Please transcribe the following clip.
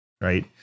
right